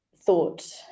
thought